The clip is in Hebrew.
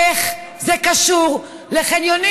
איך זה קשר לחניונים?